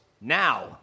now